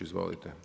Izvolite.